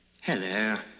Hello